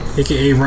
aka